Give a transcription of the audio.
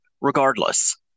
regardless